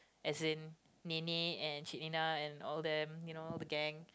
as in Nenek and Cik Nina and all them you know the gang